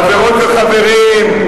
חברות וחברים,